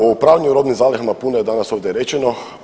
O upravljanju robnim zalihama puno je danas ovdje rečeno.